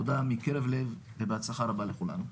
תודה מקרב לב ובהצלחה רבה לכולנו.